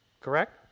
Correct